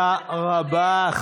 אתה מדבר, עם תומכי הטרור, תודה רבה.